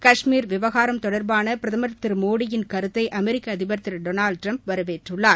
கஷ்மீர் விவகாரம் தொடர்பான பிரதமர் திரு மோடி யின் கருத்தை அமெரிக்க அதிபர் திரு டொனால்டு ட்டிரம்ப் வரவேற்றுள்ளார்